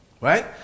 right